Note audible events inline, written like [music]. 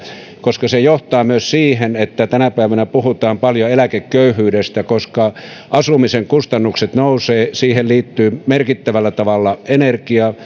koska se johtaa myös siihen tänä päivänä puhutaan paljon eläkeköyhyydestä koska asumisen kustannukset nousevat siihen liittyy merkittävällä tavalla energia [unintelligible]